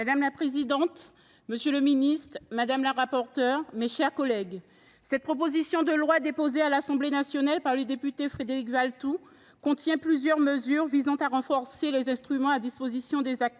Madame la présidente, monsieur le ministre, mes chers collègues, cette proposition de loi, déposée à l’Assemblée nationale par le député Frédéric Valletoux, contient plusieurs mesures visant à renforcer les instruments à disposition des acteurs